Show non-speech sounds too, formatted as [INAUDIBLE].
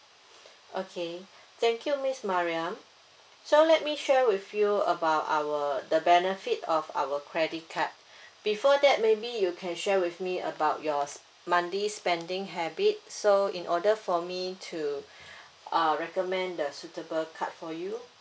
[BREATH] okay thank you miss mariam so let me share with you about our the benefit of our credit card [BREATH] before that maybe you can share with me about your s~ monthly spending habit so in order for me to [BREATH] uh recommend the suitable card for you